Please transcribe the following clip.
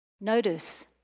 Notice